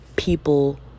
people